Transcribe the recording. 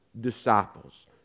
disciples